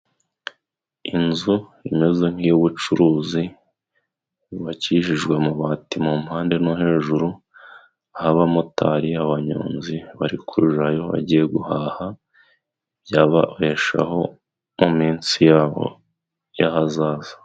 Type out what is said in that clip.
Inzu imeze nkiy' ubucuruzi yubabakijijwe amabati mu mpande no hejuru, aho abamotari, abanyonzi bari kujayo bagiye guhaha byababeshaho mu minsi yabo y'ahazaza.